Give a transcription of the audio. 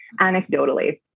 anecdotally